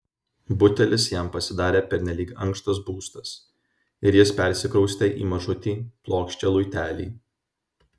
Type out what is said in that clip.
butelis jam pasidarė pernelyg ankštas būstas ir jis persikraustė į mažutį plokščią luitelį